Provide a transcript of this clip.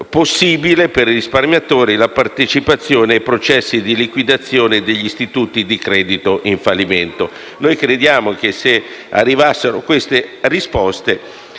possibile per i risparmiatori la partecipazione ai processi di liquidazione degli istituti di credito in fallimento. Crediamo che se arrivassero queste risposte